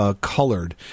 colored